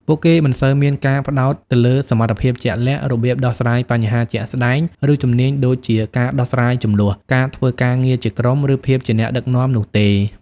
ពួកគេមិនសូវមានការផ្ដោតទៅលើសមត្ថភាពជាក់លាក់ របៀបដោះស្រាយបញ្ហាជាក់ស្ដែង ឬជំនាញដូចជាការដោះស្រាយជម្លោះ ការធ្វើការងារជាក្រុម ឬភាពជាអ្នកដឹកនាំនោះទេ។